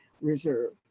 Reserve